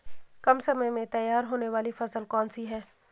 कम समय में तैयार होने वाली फसल कौन सी है?